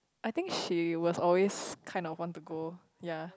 I think she was always kind of want to go ya